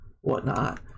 whatnot